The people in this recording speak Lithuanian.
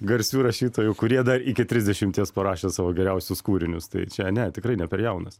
garsių rašytojų kurie dar iki trisdešimties parašė savo geriausius kūrinius tai čia ne tikrai ne per jaunas